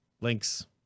Links